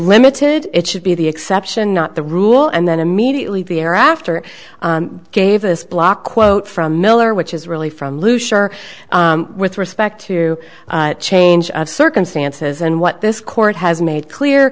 limited it should be the exception not the rule and then immediately the air after gave this block quote from miller which is really from lew sure with respect to change of circumstances and what this court has made clear